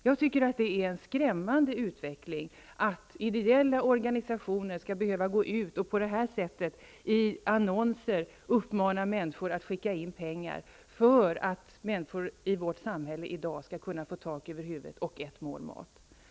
Jag tycker att det är en skrämmande utveckling att ideella organisationer på det här sättet skall behöva gå ut med annonser och uppmana människor att skicka in pengar för att människor i vårt samhälle i dag skall kunna få tak över huvudet och ett mål mat.